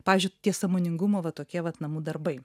pavyzdžiui tie sąmoningumo va tokie vat namų darbai